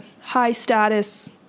high-status